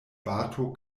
bato